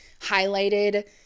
highlighted